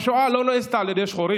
השואה לא נעשתה על ידי שחורים.